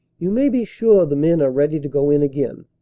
you may be sure the men are ready to go in again.